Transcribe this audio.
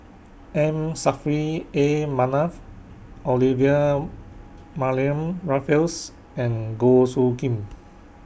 M Saffri A Manaf Olivia Mariamne Raffles and Goh Soo Khim